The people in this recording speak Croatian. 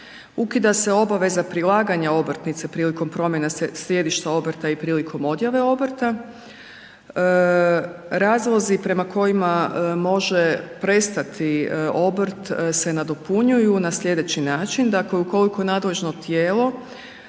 Ukida se obaveza prilaganja obrtnice prilikom promjene sjedišta obrta i prilikom odjave obrta. Razlozi prema kojima može prestati obrt se nadopunjuju na sljedeći način, dakle ukoliko nadležno tijelo